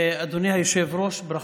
אדוני היושב-ראש, ברכות.